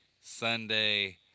Sunday